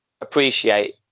appreciate